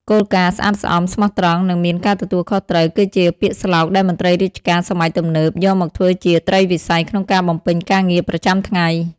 គោលការណ៍ "ស្អាតស្អំ ស្មោះត្រង់ និងមានការទទួលខុសត្រូវ" គឺជាពាក្យស្លោកដែលមន្ត្រីរាជការសម័យទំនើបយកមកធ្វើជាត្រីវិស័យក្នុងការបំពេញការងារប្រចាំថ្ងៃ។